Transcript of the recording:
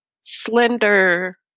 slender